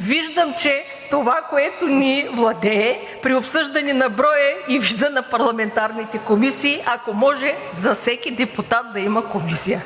виждам, че това, което ни владее при обсъждане на броя и вида на парламентарните комисии, е – ако може, за всеки депутат да има комисия.